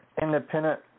independent